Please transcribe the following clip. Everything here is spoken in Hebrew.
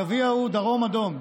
סגן השר --- הגביע הוא דרום אדום.